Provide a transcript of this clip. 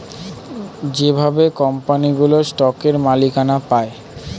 যেভাবে কোম্পানিগুলো স্টকের মালিকানা পায়